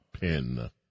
pin